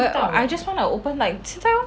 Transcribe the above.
我 I just want to open like 你知道